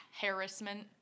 harassment